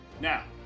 Now